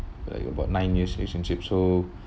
like it about nine years relationship so